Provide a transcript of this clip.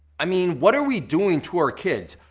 i mean what are we doing to our kids?